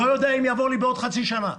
אני לא יודע אם יהיה לי משהו עוד חצי שנה.